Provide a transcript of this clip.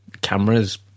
camera's